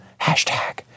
Hashtag